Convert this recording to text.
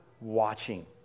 watching